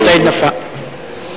בבקשה, חבר הכנסת סעיד נפאע.